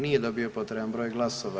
Nije dobio potreban broj glasova.